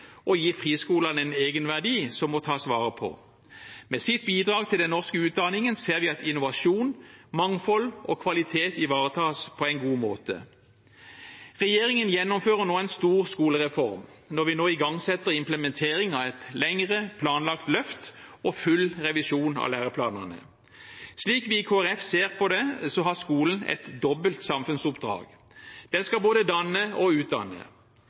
og gir friskolene en egenverdi som må tas vare på. Med sitt bidrag til den norske utdanningen ser vi at innovasjon, mangfold og kvalitet ivaretas på en god måte. Regjeringen gjennomfører nå en stor skolereform når vi igangsetter implementering av et lengre planlagt løft og full revisjon av læreplanene. Slik vi i Kristelig Folkeparti ser på det, har skolen et dobbelt samfunnsoppdrag: Den skal både danne og utdanne.